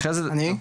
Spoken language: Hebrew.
אני?